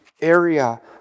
area